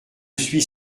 suis